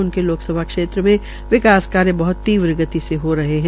उनके लोकसभा क्षेत्र में विकास कार्य बहत तीव्र गति से हो रहे हैं